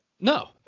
No